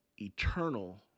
eternal